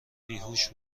بیهوش